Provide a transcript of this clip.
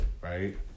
Right